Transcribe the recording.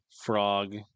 Frog